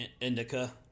indica